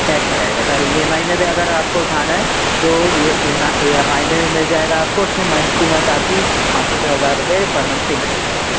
cash में रहेगा sir E M I में भी अगर आपको उठाना है तो ये ई एम आई में भी मिल जाएगा आपको उसमें मंथ टू मंथ आपकी पाँच सौ से हज़ार रुपये पर मंथ पेमेंट पर रहेगी